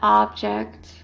object